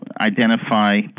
identify